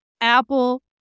Apple